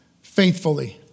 faithfully